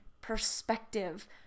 perspective